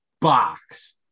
box